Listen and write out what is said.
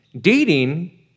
dating